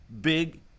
big